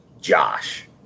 Josh